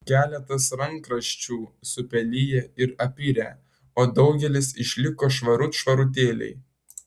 keletas rankraščių supeliję ir apirę o daugelis išliko švarut švarutėliai